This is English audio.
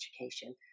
education